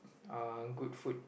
uh good food